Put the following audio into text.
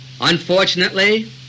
Unfortunately